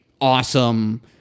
awesome